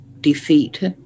defeat